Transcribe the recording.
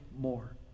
more